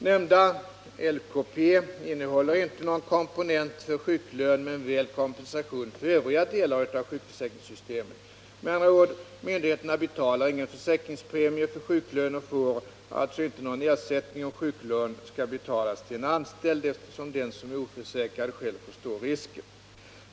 Nämnda LKP innehåller inte någon komponent för sjuklön men väl kompensation för övriga delar av sjukförsäkringssystemet. Med andra ord — myndigheterna betalar ingen försäkringspremie för sjuklön och får således inte någon ersättning om sjuklön skall betalas till en anställd, eftersom den som är oförsäkrad själv får stå risken.